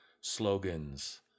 slogans